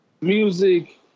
music